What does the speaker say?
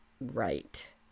Right